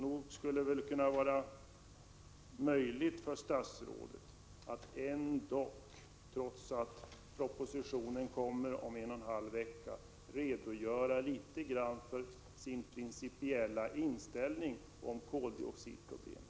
Nog skulle det väl vara möjligt för statsrådet att ändock — trots att propositionen kommer om en och en halv vecka —- redogöra något för sin principiella inställning till koldioxidproblemet.